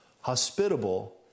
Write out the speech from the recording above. hospitable